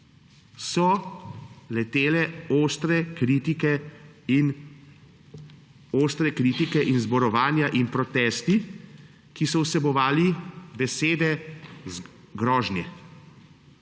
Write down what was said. so letele ostre kritike in zborovanja in protesti, ki so vsebovali besede, grožnje.